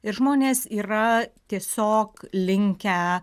ir žmonės yra tiesiog linkę